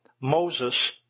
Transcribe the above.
Moses